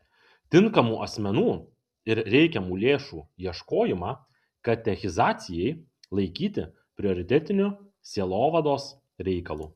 tinkamų asmenų ir reikiamų lėšų ieškojimą katechizacijai laikyti prioritetiniu sielovados reikalu